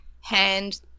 hand